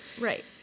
right